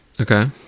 Okay